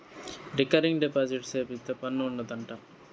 recurring deposit సేపిత్తే పన్ను ఉండదు అంట